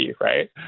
right